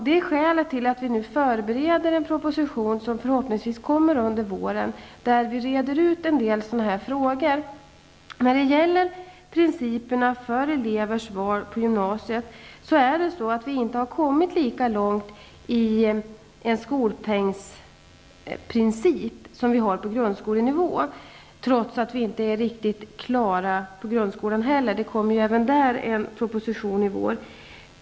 Det är skälet till att vi förbereder en proposition, som förhoppningsvis kommer under våren, där vi reder ut en del sådana frågor. När det gäller principerna för elevers val på gymnasiet har vi inte kommit lika långt i frågan om en skolpengsprincip som är klargjort på grundskolenivå -- detta trots att vi inte är riktigt klara med grundskolan heller. Det kommer även där en proposition i vår.